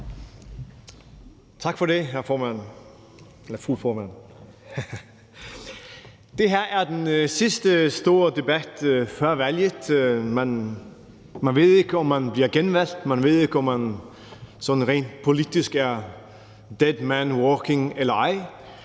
Tak for det, fru formand. Det her er den sidste store debat før valget. Man ved ikke, om man bliver genvalgt. Man ved ikke, om man sådan rent politisk er dead man walking eller ej.